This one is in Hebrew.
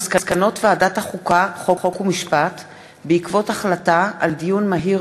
מסקנות ועדת החוקה, חוק ומשפט בעקבות דיון מהיר